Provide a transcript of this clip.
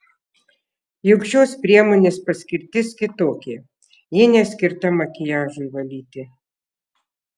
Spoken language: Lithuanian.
juk šios priemonės paskirtis kitokia ji neskirta makiažui valyti